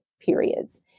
periods